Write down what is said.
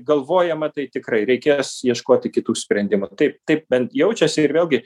galvojama tai tikrai reikės ieškoti kitų sprendimų taip taip bent jaučiasi ir vėlgi